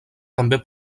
també